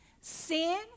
Sin